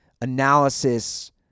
analysis